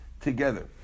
together